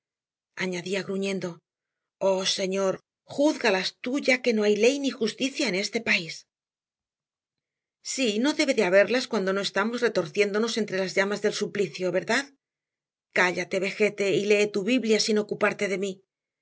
añadía gruñendo oh señor júzgalas tú ya que no hay ley ni justicia en este país sí no debe de haberlas cuando no estamos retorciéndonos entre las llamas del suplicio verdad cállate vejete y lee tu biblia sin ocuparte de mí